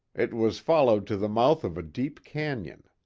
it was followed to the mouth of a deep canyon.